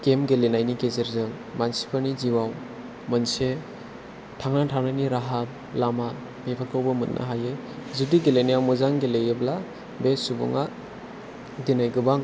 game गेलेनायनि गेजेरजों मानसिफोरनि जिउआव मोनसे थांनानै थानायनि राहालामा बेफोरखौबो मोननो हायो जुदि गेलेनायाव मोजां गेलेयोब्ला बे सुबुङा दिनै गोबां